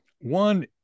One